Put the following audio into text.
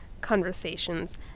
conversations